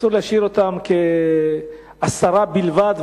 אסור להשאיר אותה כהסרה בלבד,